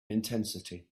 intensity